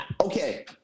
Okay